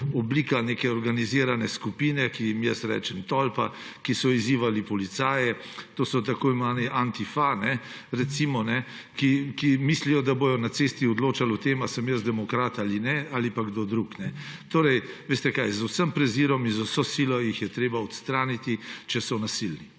oblika neke organizirane skupine, ki jim jaz rečem tolpa, ki so izzivali policaje, to so tako imenovana Antifa, recimo, ki mislijo, da bodo na cesti odločali o tem, ali sem jaz demokrat ali ne ali pa kdo drug. Veste kaj, z vsem prezirom in z vso silo jih je treba odstraniti, če so nasilni.